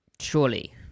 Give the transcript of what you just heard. surely